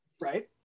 right